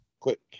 Quick